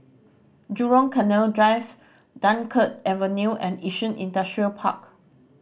Jurong Canal Drive Dunkirk Avenue and Yishun Industrial Park